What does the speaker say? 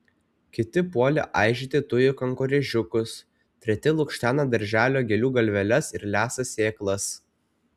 kiti puolė aižyti tujų kankorėžiukus treti lukštena darželio gėlių galveles ir lesa sėklas